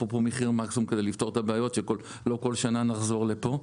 אפרופו מחיר מקסימום כדי לפתור את הבעיות כדי שלא כל שנה נחזור לפה.